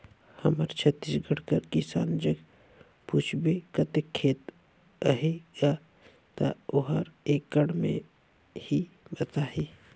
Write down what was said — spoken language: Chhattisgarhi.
हमर छत्तीसगढ़ कर किसान जग पूछबे कतेक खेत अहे गा, ता ओहर एकड़ में ही बताही